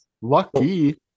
Lucky